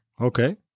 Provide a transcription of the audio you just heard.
Okay